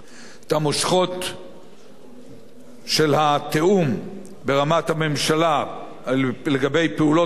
את המושכות של התיאום ברמת הממשלה לגבי פעולות המדינה